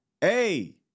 hey